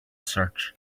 search